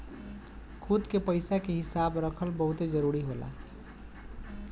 खुद के पइसा के हिसाब रखल बहुते जरूरी होला